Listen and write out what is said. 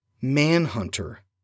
Manhunter